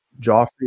Joffrey